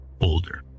older